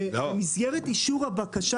במסגרת אישור הבקשה,